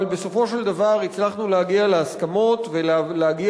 אבל בסופו של דבר הצלחנו להגיע להסכמות ולהגיע